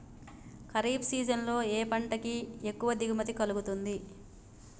Kharif season లో ఏ పంట కి ఎక్కువ దిగుమతి కలుగుతుంది?